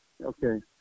Okay